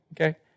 Okay